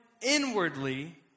inwardly